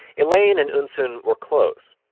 elaine and eunsoon were close.